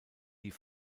die